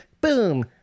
boom